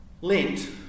Lent